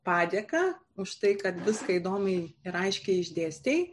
padėka už tai kad viską įdomiai ir aiškiai išdėstei